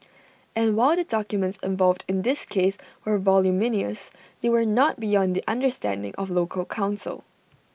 and while the documents involved in this case were voluminous they were not beyond the understanding of local counsel